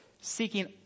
seeking